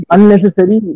Unnecessary